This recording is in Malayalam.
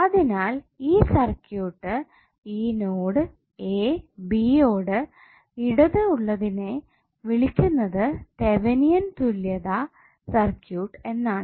അതിനാൽ ഈ സർക്യൂട്ട് ഈ നോഡ് എ ബി യോട് ഇടതു ഉള്ളതിനെ വിളിക്കുന്നത് തെവെനിൻ തുല്യതാ സർക്യൂട്ട് എന്നാണ്